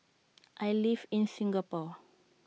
I live in Singapore